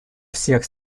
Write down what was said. всех